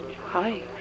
Hi